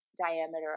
diameter